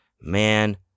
man